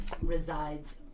resides